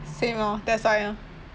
same lor that's why orh